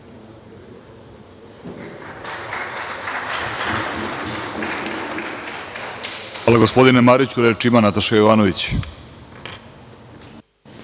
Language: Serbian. Hvala, gospodine Mariću. Reč ima Nataša Jovanović.